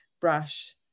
brush